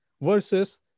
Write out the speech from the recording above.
versus